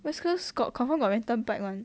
west coast got confirm got rental bike [one]